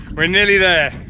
we're nearly there!